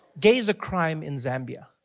gay is a crime in zambia.